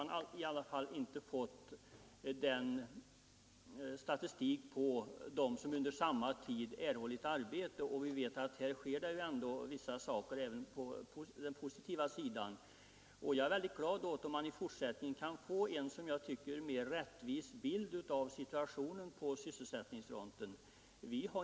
Jag skulle bli mycket glad, om det i fortsättningen kunde lämnas en mitten av varje månad ökning alternativt minskning, men hittilldags har vi inte fått någon statistik över hur många som under samma tid erhållit som jag tycker mera rättvis bild av situationen på sysselsättningsfronten.